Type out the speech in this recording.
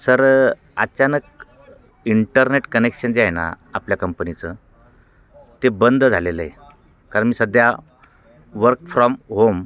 sir आचानक internet connection जे आहे ना आपल्या कंपनीचं ते बंद झालेलं आहे कारण मी सध्या वर्क फ्रॉम होम